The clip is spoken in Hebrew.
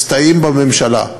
מסתייעים בממשלה.